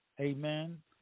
amen